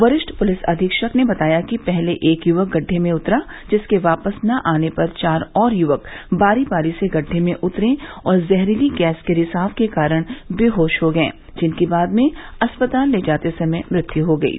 वरिष्ठ पुलिस अधीक्षक ने बताया कि पहले एक युवक गड्ढ़े में उतरा जिसके वापस न आने पर चार और युवक बारी बारी से गड्ढ़े में उतरे और जहरीली गैस के रिसाव के कारण बेहोश हो गये जिनकी बाद में अस्पताल ले जाते समय मृत्यु हो गयी